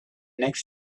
next